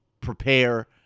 prepare